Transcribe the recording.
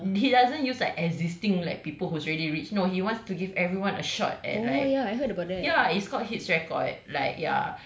so he doesn't use like existing like people who is already rich no he wants to give everyone a shot and like ya it's called hits record